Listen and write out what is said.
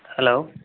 hello